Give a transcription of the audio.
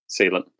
sealant